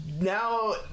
Now